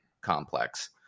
complex